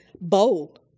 bold